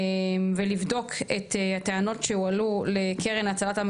ולבדוק את הטענות שהועלו לקרן הצלת עם